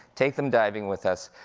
take them diving with us,